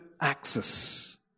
access